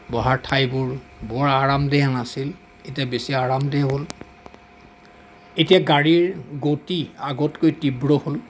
বহাৰ ঠাইবোৰ বৰ আৰামদায়ক নাছিল এতিয়া আৰামদায়ক হ'ল এতিয়া গাড়ীৰ গতি আগতকৈ তীব্ৰ হ'ল